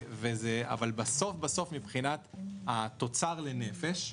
בסוף בסןף מבחינת התוצר לנפש,